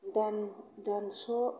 dance